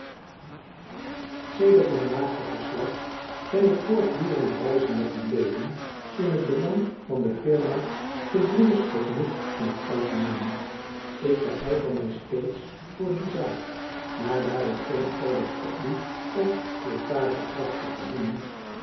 mijn laatste verslag ben ik voortdurend reizende gebleven in het belang van de firma gebroeders tot nut van t algemeen ik beijver mij steeds voor die zaak maar daar ik geen orders opdoe of courtage tracht te verdienen